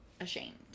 ashamed